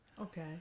Okay